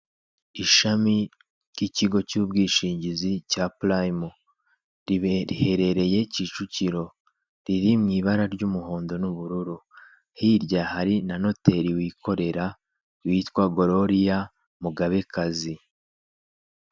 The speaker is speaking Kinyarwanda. Ishami ry'ikigo cy'ubwishingizi cya purayimu riherereye Kicukiro riri mu ibara ry'umuhondo n'ubururu hirya hari na noteri wikorera witwa Gloria Mugabekazi.